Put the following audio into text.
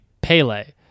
Pele